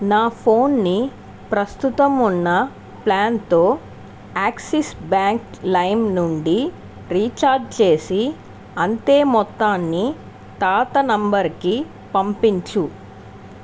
నా ఫోన్ని ప్రస్తుతం ఉన్న ప్లాన్తో యాక్సిస్ బ్యాంక్ లైమ్ నుండి రీఛార్జ్ చేసి అంతే మొత్తాన్ని తాత నంబరుకి పంపించు